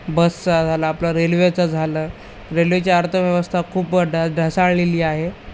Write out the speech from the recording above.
बसचा झालं आपलं रेल्वेचं झालं रेल्वेची अर्थव्यवस्था खूप ढासाळलेली आहे